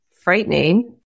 frightening